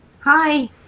Hi